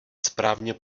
správně